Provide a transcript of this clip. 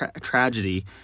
tragedy